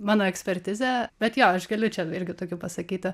mano ekspertizė bet jo aš galiu čia irgi tokių pasakyti